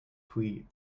free